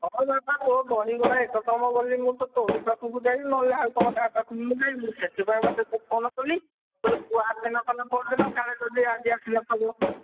ତୁମ ଦୋକାନରୁ ଦହିବରା ଏକଦମ୍ ବୋଲି ମୁଁ ତ ତୋରି ପାଖକୁ ଯାଏ ନହେଲେ ଆଉ କ'ଣ କାହା ପାଖକୁ ମୁଁ ଯାଏ ସେଥିପାଇଁ ମୁଁ ପା ତୋତେ ଫୋନ୍ କଲି କି ପୁଅ ଆସିନଥିଲା ପଅରଦିନ କାଳେ ଯଦି ଆଜି ଆସିନଥିବ